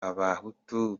abahutu